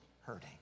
hurting